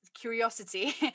curiosity